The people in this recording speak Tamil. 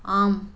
ஆம்